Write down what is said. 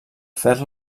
fer